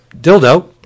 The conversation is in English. dildo